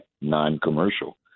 non-commercial